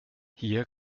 hier